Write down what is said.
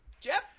Jeff